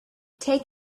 take